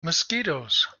mosquitoes